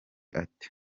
ati